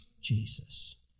Jesus